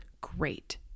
great